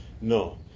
No